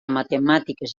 matemàtiques